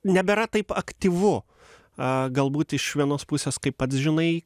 nebėra taip aktyvu a galbūt iš vienos pusės kaip pats žinai